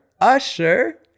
usher